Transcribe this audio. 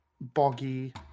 boggy